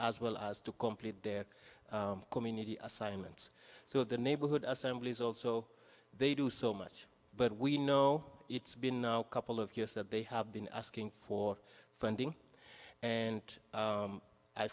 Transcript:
as well as to complete their community assignments so the neighborhood assemblies also they do so much but we know it's been a couple of years that they have been asking for funding and